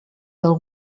del